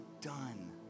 done